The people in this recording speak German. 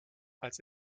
als